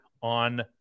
on